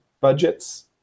budgets